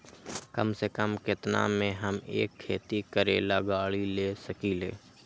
कम से कम केतना में हम एक खेती करेला गाड़ी ले सकींले?